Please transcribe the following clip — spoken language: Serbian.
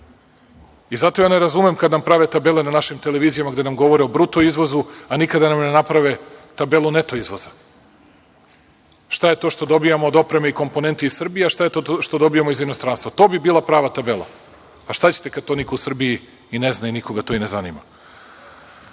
Zato ja ne razumem kada nam prave tabele na našim televizijama, kada nam govore o bruto izvozu, a nikada nam ne naprave tabelu neto izvoza. Šta je to što dobijamo od opreme i komponenti iz Srbije, a šta je to što dobijamo iz inostranstva? To bi bila prava tabela. Šta ćete kada to niko u Srbiji i ne zna i nikoga to i ne zanima. Što